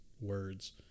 words